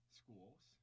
schools